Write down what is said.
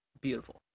beautiful